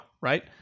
right